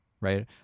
right